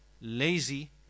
lazy